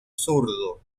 zurdo